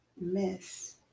miss